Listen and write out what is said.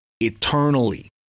eternally